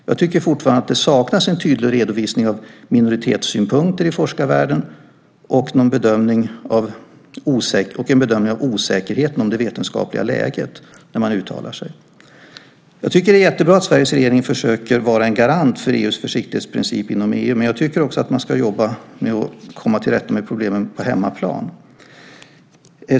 Jag tycker fortfarande att det saknas en tydlig redovisning av minoritetssynpunkter i forskarvärlden och en bedömning av osäkerheten om det vetenskapliga läget när man uttalar sig. Jag tycker att det är jättebra att Sveriges regering försöker vara en garant för EU:s försiktighetsprincip inom EU, men jag tycker också att man ska jobba med att komma till rätta med problemen på hemmaplan.